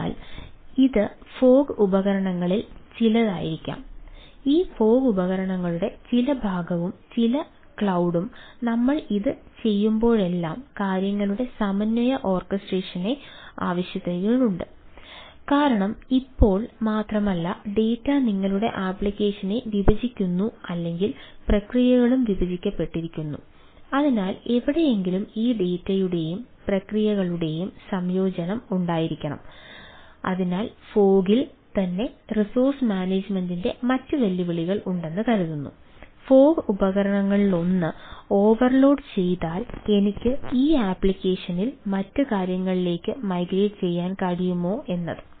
അതിനാൽ ഇത് ഫോഗ് ചെയ്യാൻ കഴിയുമോ എന്നത്